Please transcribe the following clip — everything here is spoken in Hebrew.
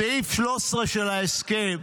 בסעיף 13 של ההסכם,